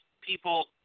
people